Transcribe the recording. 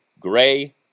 Gray